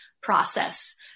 process